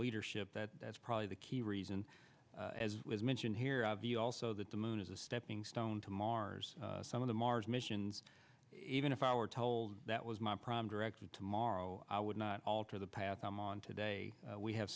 leadership that is probably the key reason as was mentioned here also that the moon is a stepping stone to mars some of the mars missions even if i were told that was my prime directive tomorrow i would not alter the path i'm on today we have